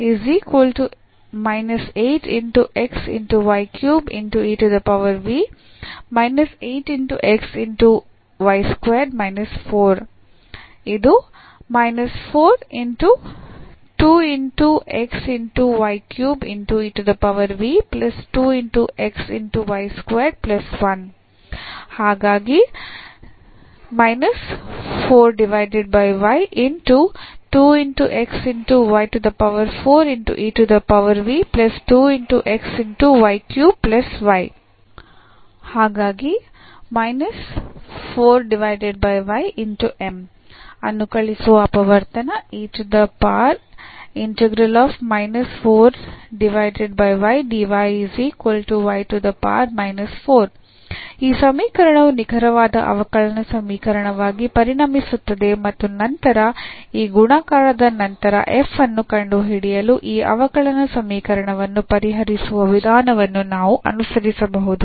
ನಾವು ತೆಗೆದುಕೊಳ್ಳುವ ಇನ್ನೊಂದು ಉದಾಹರಣೆ ಇದರೊಂದಿಗೆ ಅನುಕಲಿಸುವ ಅಪವರ್ತನ ಈ ಸಮೀಕರಣವು ನಿಖರವಾದ ಅವಕಲನ ಸಮೀಕರಣವಾಗಿ ಪರಿಣಮಿಸುತ್ತದೆ ಮತ್ತು ನಂತರ ಈ ಗುಣಾಕಾರದ ನಂತರ f ಅನ್ನು ಕಂಡುಹಿಡಿಯಲು ಈ ಅವಕಲನ ಸಮೀಕರಣವನ್ನು ಪರಿಹರಿಸುವ ವಿಧಾನವನ್ನು ನಾವು ಅನುಸರಿಸಬಹುದು